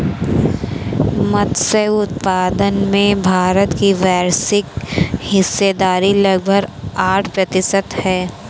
मत्स्य उत्पादन में भारत की वैश्विक हिस्सेदारी लगभग आठ प्रतिशत है